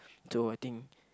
so I think